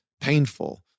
painful